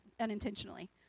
unintentionally